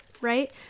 right